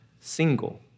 single